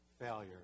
failure